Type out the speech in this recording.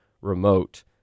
remote